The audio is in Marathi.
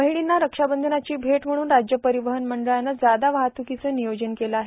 बहिणींना रक्षाबंधनाची भेट म्हणून राज्य परिवहन मंडळाने जादा वाहतुकीचं नियोजन केलं आहे